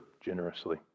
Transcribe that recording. generously